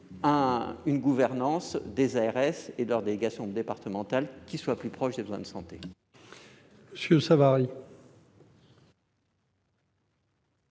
une gouvernance des ARS et de leurs délégations départementales qui soit plus proche des besoins de santé. La parole